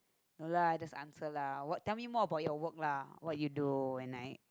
no lah just answer lah what tell me more about your work lah what you do and I